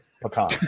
Pecan